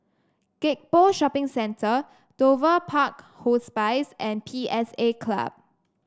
Gek Poh Shopping Centre Dover Park Hospice and P S A Club